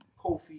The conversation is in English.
Kofi